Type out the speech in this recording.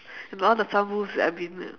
and all the sound booths that I've been ah